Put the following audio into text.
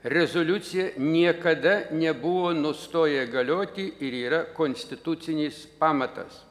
rezoliucija niekada nebuvo nustoję galioti ir yra konstitucinis pamatas